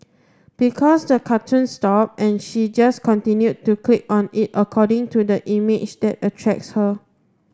because the cartoon stopped and she just continued to click on it according to the image that attracts her